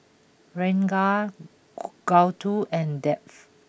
Ranga Gouthu and Dev